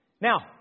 Now